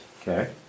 Okay